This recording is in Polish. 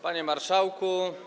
Panie Marszałku!